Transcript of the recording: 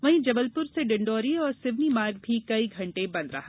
वहीं जबलपुर से डिण्डोरी और सिवनी मार्ग भी कई घंटे बंद रहा